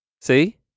See